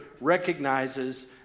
recognizes